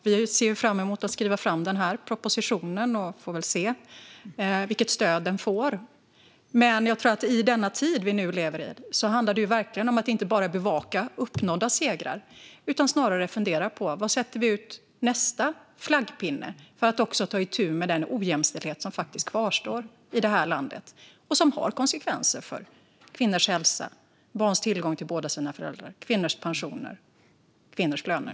Vi ser fram emot att skriva fram den här propositionen, och vi får väl se vilket stöd den får. Jag tror att i denna tid vi lever i handlar det verkligen om att inte bara bevaka uppnådda segrar utan också fundera på var vi sätter ut nästa flaggpinne för att ta itu med den ojämställdhet som faktiskt kvarstår i det här landet och som har konsekvenser för kvinnors hälsa, barns tillgång till båda sina föräldrar, kvinnors pensioner och kvinnors löner.